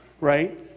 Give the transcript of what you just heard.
right